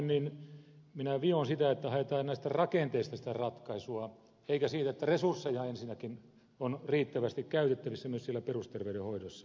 niin kuin sanoin minä vion sitä että haetaan näistä rakenteista sitä ratkaisua eikä siitä että resursseja ensinnäkin on riittävästi käytettävissä myös siellä perusterveydenhoidossa